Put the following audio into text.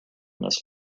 this